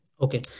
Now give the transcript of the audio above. Okay